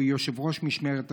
יושב-ראש משמרת השבת,